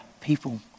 people